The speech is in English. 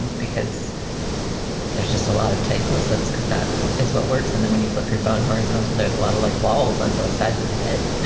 and because there's just a lot of take close-ups because that is what works. and then when you flip, you found horizontal. there's a lot of like walls on both sides of the head